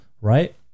right